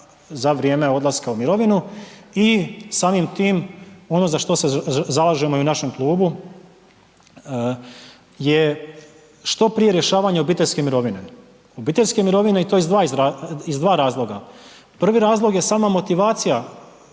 za vrijeme odlaska u mirovinu i samim tim ono za što se zalažemo i u našem klubu je što prije rješavanje obiteljske mirovine. Obiteljske mirovine i to iz dva razloga. Prvi razlog je sama motivacija